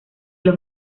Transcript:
los